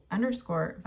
underscore